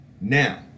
Now